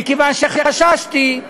מכיוון שחששתי,